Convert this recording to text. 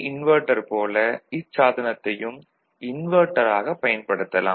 inverter போல இச்சாதனத்தையும் inverter ஆகப் பயன்படுத்தலாம்